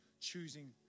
choosing